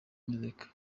muzika